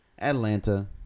Atlanta